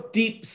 deep